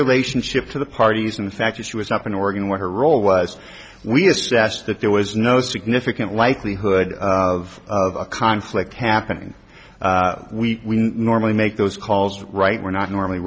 relationship to the parties and the fact that she was up in oregon what her role was we established that there was no significant likelihood of a conflict happening we normally make those calls right we're not normally